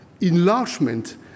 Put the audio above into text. enlargement